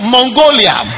Mongolia